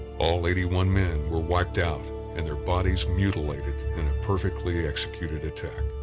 all eighty one men were wiped out and their bodies mutilated in a perfectly executed attack.